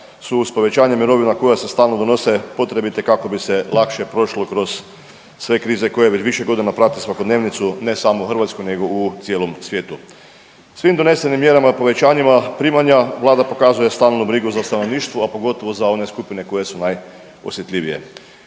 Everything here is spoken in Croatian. su uz povećanje mirovina koja se stalno donose potrebite kako bi se lakše prošlo kroz sve krize koje već više godina prate svakodnevnicu ne samo u Hrvatskoj, nego u cijelom svijetu. Svim donesenim mjerama, povećanjima primanja Vlada pokazuje stalnu brigu za stanovništvo, a pogotovo za one skupine koje su najosjetljivije.